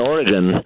Oregon